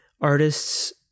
artists